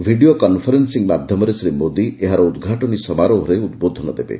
video conferencing ମାଧ୍ୟମରେ ଶ୍ରୀ ମୋଦୀ ଏହାର ଉଦ୍ଘାଟନ ସମାରୋହରେ ଉଦ୍ବୋଧନ ଦେବେ